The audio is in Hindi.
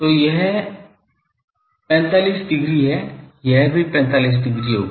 तो यह 45 डिग्री है यह भी 45 डिग्री होगा